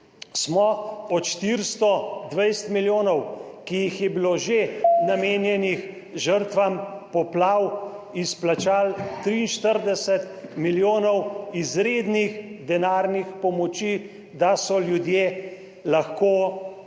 Smo od 420 milijonov, ki so že bili namenjeni žrtvam poplav, izplačali 43 milijonov izrednih denarnih pomoči, da so ljudje lahko